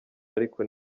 ariko